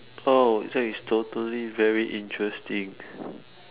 oh that is totally very interesting